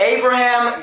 Abraham